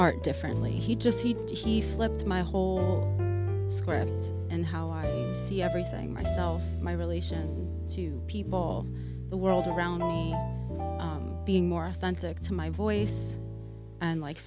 art differently he just he didn't he flipped my whole square and how i see everything myself my relation to people the world around being more authentic to my voice and like